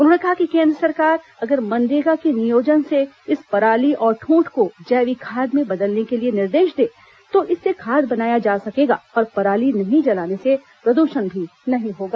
उन्होंने कहा कि केन्द्र सरकार अगर मनरेगा के नियोजन से इस पराली और दूंठ को जैविक खाद में बदलने के लिए निर्देश दे तो इससे खाद बनाया जा सकेगा और पराली नहीं जलाने से प्रदूषण भी नहीं होगा